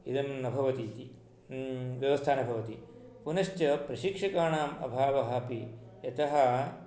इदं न भवति इति व्यवस्था न भवति पुनश्च प्रशिक्षिकाणाम् अभावः अपि यतः